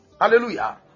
Hallelujah